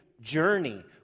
journey